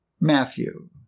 Matthew